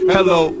Hello